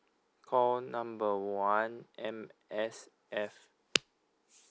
call number one M_S_F